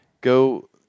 Go